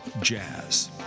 jazz